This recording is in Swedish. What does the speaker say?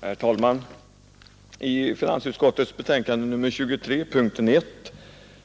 Herr talman! I finansutskottets betänkande nr 23 punkten 1